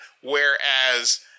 Whereas